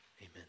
Amen